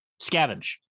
scavenge